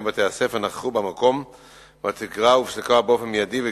לתלמידי תיכון יהודים משער-הנגב וערבים מכפר-יאסיף בגבעת-חביבה.